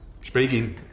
Speaking